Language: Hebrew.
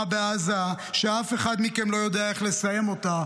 בעזה שאף אחד מכם לא יודע איך לסיים אותה,